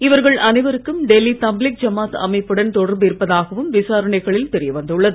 இவர்கள் அனைவருக்கும் டெல்லி தப்லிகி ஜமாத் அமைப்புடன் தொடர்பு இருப்பதாகவும் விசாரணைகளில் தெரிய வந்துள்ளது